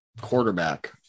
quarterback